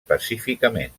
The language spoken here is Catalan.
pacíficament